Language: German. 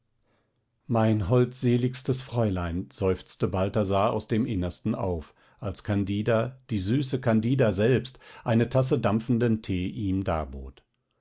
mein holdseligstes fräulein seufzte balthasar aus dem innersten auf als candida die süße candida selbst eine tasse dampfenden tee ihm